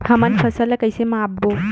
हमन फसल ला कइसे माप बो?